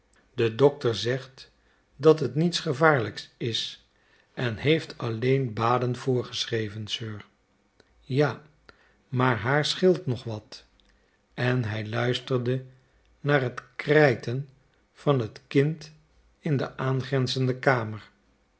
de dokter zegt dat het niets gevaarlijks is en heeft alleen baden voorgeschreven sir ja maar haar scheelt toch wat en hij luisterde naar het krijten van het kind in de aangrenzende kamer